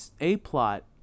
A-plot